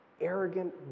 arrogant